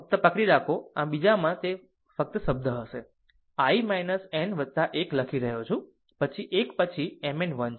ફક્ત પકડી રાખો આમ બીજામાં તે ફરીથી તે જ શબ્દ છે i n 1 લખી રહ્યો છું પછી 1 પછી M n 1 છે